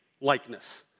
likeness